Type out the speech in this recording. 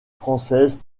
française